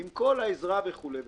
עם כל העזרה וכולי.